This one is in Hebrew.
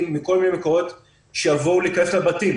מכל מיני מקורות שיבואו להיכנס לבתים,